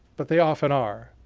but they often are.